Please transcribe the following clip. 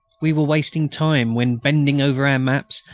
we were wasting time when, bending over our maps,